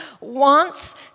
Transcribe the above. wants